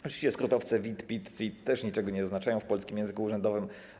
Rzeczywiście skrótowce: VAT, PIT, CIT też niczego nie oznaczają w polskim języku urzędowym.